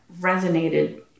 resonated